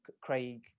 Craig